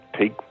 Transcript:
take